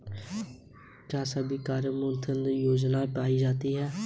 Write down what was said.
क्या सभी कार्यकर्ता मधुमक्खियां यूकोसियल प्रजाति में ही पाई जाती हैं?